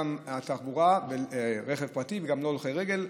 גם תחבורה ורכב פרטי וגם הולכי רגל.